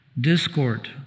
discord